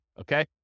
okay